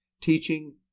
teaching